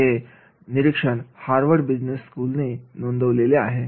हे निरीक्षण Harvard business स्कूलमधून नोंदवले आहे